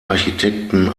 architekten